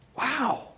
Wow